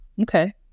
Okay